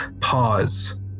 pause